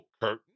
curtain